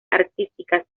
artísticas